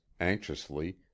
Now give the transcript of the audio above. anxiously